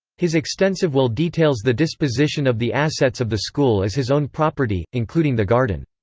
his extensive will details the disposition of the assets of the school as his own property, including the garden.